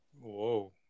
Whoa